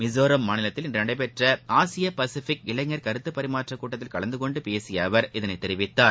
மிஸோரம் மாநிலத்தில் இன்று நடைபெற்ற ஆசிய பசிபிக் இளைஞர் கருத்து பரிமாற்றக் கூட்டத்தில் கலந்து கொண்டு பேசிய அவர் இதனைத் தெரிவித்தார்